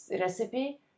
recipe